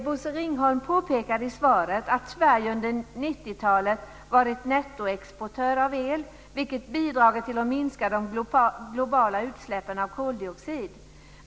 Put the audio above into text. Bosse Ringholm påpekade i svaret att Sverige under 1990-talet varit nettoexportör av el, vilket bidragit till att minska de globala utsläppen av koldioxid.